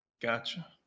Gotcha